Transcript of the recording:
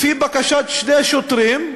לפי בקשת שני שוטרים,